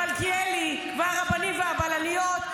מלכיאלי והרבנים והבלניות,